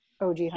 og